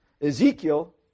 Ezekiel